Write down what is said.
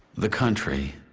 the country.